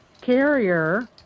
carrier